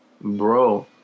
bro